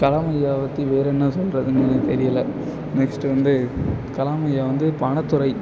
கலாம் ஐயாவை பற்றி வேற என்ன சொல்கிறதுன்னு எனக்கு தெரியலை நெக்ஸ்ட் வந்து கலாம் ஐயா வந்து பணத்துறை